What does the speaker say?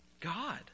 God